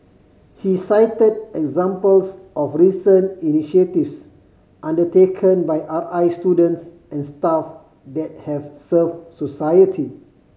he cited examples of recent initiatives undertaken by R I students and staff that have served society